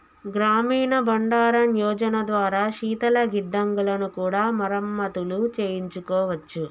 గ్రామీణ బండారన్ యోజన ద్వారా శీతల గిడ్డంగులను కూడా మరమత్తులు చేయించుకోవచ్చు